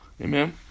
Amen